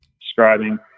describing